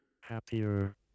Happier